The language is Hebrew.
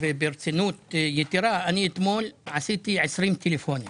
וברצינות יתרה, עשיתי אתמול עשרים טלפונים.